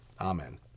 Amen